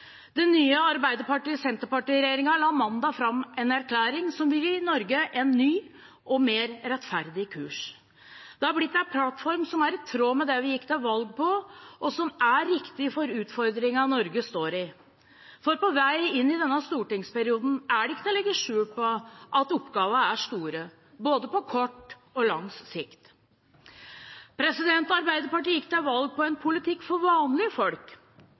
nye Arbeiderparti–Senterparti-regjeringen la mandag fram en erklæring som vil gi Norge en ny og mer rettferdig kurs. Det har blitt en plattform som er i tråd med det vi gikk til valg på, og som er riktig for utfordringene Norge står i. For på vei inn i denne stortingsperioden er det ikke til å legge skjul på at oppgavene er store, både på kort og på lang sikt. Arbeiderpartiet gikk til valg på en politikk for vanlige folk.